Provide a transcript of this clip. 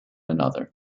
another